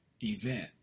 event